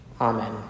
Amen